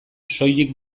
soilik